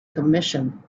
commission